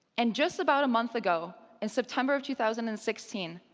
and just about a month ago, in september of two thousand and sixteen,